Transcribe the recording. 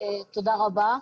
תודה רבה.